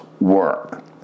work